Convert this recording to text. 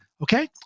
Okay